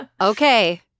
Okay